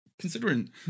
considering